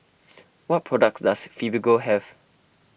what products does Fibogel have